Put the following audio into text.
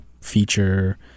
feature